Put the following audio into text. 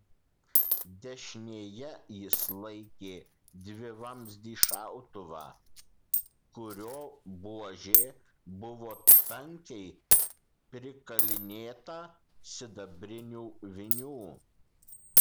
dešinėje jis laikė dvivamzdį šautuvą kurio buožė buvo tankiai prikalinėta sidabrinių vinių